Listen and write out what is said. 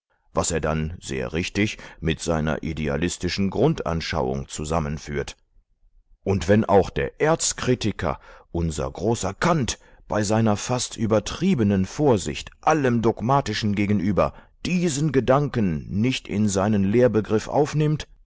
was er dann sehr richtig mit seiner idealistischen grundanschauung zusammenführt und wenn auch der erzkritiker unser großer kant bei seiner fast übertriebenen vorsicht allem dogmatischen gegenüber diesen gedanken nicht in seinen lehrbegriff aufnimmt